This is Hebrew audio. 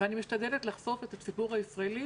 אני משתדלת לחשוף את הציבור הישראלי